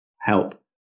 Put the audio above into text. help